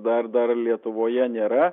dar dar lietuvoje nėra